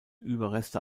überreste